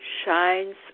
shines